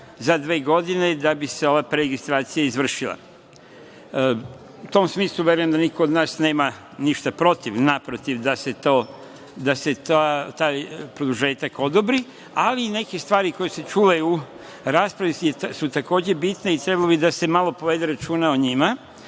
za dve godine da bi se ova preregistracija izvršila.U tom smislu, verujem da niko od nas nema ništa protiv, naprotiv da se taj produžetak odobri, ali neke stvari koje su se čule u raspravi su takođe bitne i trebalo bi da se malo povede računa o njima.